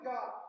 God